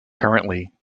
currently